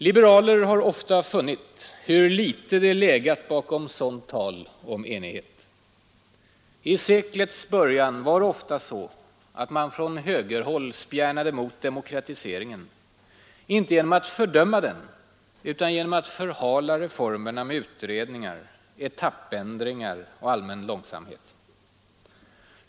Liberaler har ofta funnit hur litet det har legat bakom sådant tal om enighet. I seklets början var det ofta så att man från högerhåll spjärnade emot demokratiseringen, inte genom att fördöma den utan genom att förhala reformerna med utredningar, etappförändringar och allmän långsamhet.